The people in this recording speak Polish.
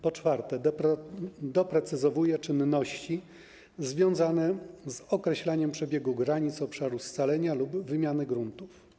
Po czwarte, doprecyzowuje się czynności związane z określeniem przebiegu granic obszaru scalenia lub wymiany gruntów.